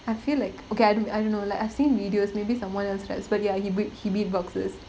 I feel like okay I don't I don't know like I've seen videos maybe someone else's but ya he be~ he beat boxes